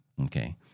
okay